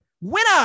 winner